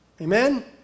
amen